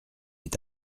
est